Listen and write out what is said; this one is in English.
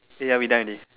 ya we done already